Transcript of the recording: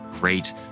great